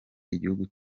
igihugu